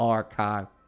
Archive